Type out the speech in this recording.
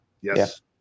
Yes